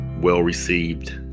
well-received